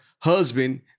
husband